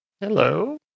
hello